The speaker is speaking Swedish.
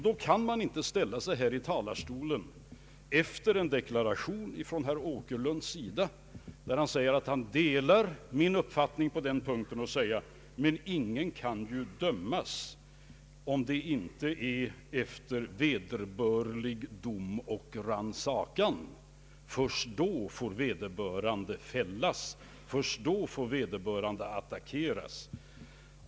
Då kan man inte ställa sig i denna talarstol, efter en deklaration från herr Åkerlunds sida, där han säger att han delar min uppfattning på den punkten, och säga: Men ingen kan ju dömas, om det inte är efter vederbörlig dom och rannsakan; först då får vederbörande fällas. Först då får vederbörande attackeras.